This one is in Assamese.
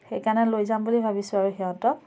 সেইকাৰণে লৈ যাম বুলি ভাবিছোঁ আৰু সিঁহতক